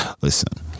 listen